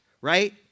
right